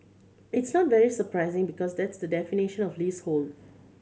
it's not very surprising because that's the definition of leasehold